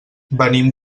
venim